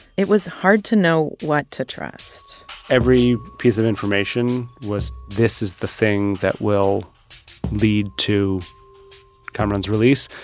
it was hard to know what to trust every piece of information was this is the thing that will lead to kamaran's release,